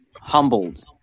humbled